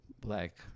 black